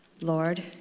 Lord